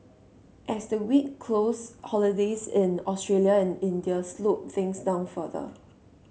as the week closed holidays in Australia and India slowed things down further